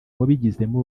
wabigizemo